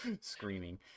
screaming